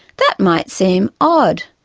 that might seem odd